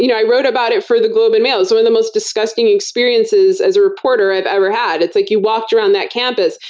you know i wrote about it for the globe and mail. it's one of the most disgusting experiences, as a reporter, i've ever had. it's like you walked around that campus,